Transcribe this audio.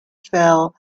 felt